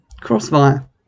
crossfire